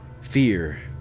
Fear